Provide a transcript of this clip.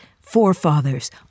forefathers